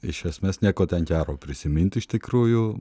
iš esmės nieko ten gero prisiminti iš tikrųjų